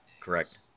correct